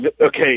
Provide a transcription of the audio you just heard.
okay